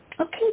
Okay